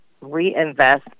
reinvest